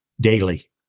daily